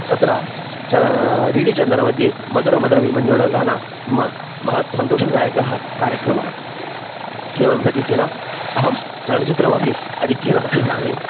तत्र च D D चन्दनमध्ये मधुरमधुरवी मञ्जुलगान मम महत्सन्तोषदायकः कार्यक्रमः केवलं तदिति न अहं चलनचित्रमपि आधिक्येन पश्यामि